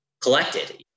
collected